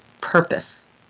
purpose